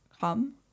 come